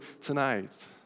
tonight